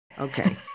okay